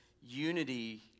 unity